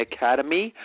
Academy